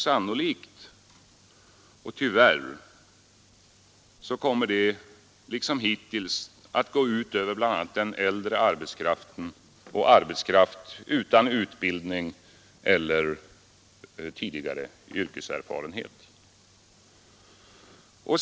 Sannolikt, och tyvärr, kommer det liksom hittills att gå ut över bl.a. den äldre arbetskraften och arbetskraft utan utbildning eller tidigare yrkeserfarenhet.